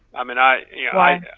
i mean, i you know, i.